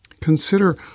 Consider